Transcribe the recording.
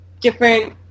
different